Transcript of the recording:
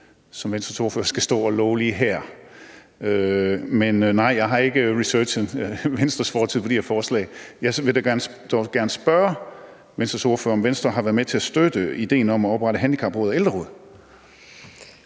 som Venstres ordfører skal stå og love lige her. Men nej, jeg har ikke researchet Venstres fortid i forhold til de her forslag. Jeg vil dog gerne spørge Venstres ordfører, om Venstre har været med til at støtte ideen om at oprette handicapråd og ældreråd.